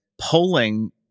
polling